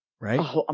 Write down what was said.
right